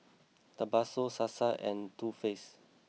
Tabasco Sasa and Too Faced